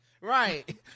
Right